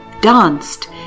danced